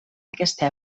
aquesta